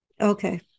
Okay